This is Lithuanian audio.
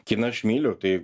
kiną aš myliu tai